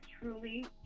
truly